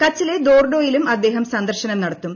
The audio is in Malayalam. കച്ചിലെ ദോർഡോയിലും അദ്ദേഹം സന്ദർശനം നടത്തും